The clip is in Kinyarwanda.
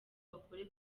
bakore